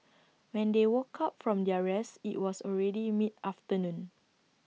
when they woke up from their rest IT was already mid afternoon